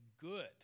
good